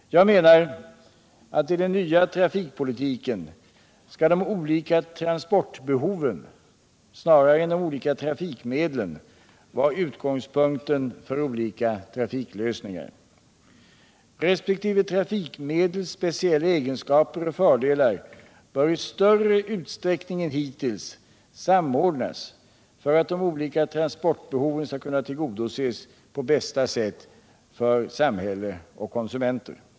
Jag menar att i den nya trafikpolitiken skall de olika transportbehoven snarare än de olika trafikmedlen vara utgångspunkten för olika trafiklösningar. Resp. trafikmedels speciella egenskaper och fördelar bör i större utsträckning än hittills samordnas för att de olika transportbehoven skall kunna tillgodoses på bästa sätt för samhälle och konsumenter.